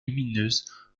lumineuse